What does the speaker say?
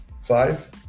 Five